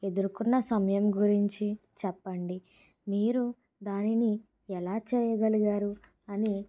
ఎదురుకున్న సమయం గురించి చెప్పండి మీరు దానిని ఎలా చేయగలిగారు అని